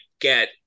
get